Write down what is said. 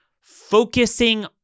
focusing